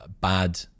bad